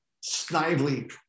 snively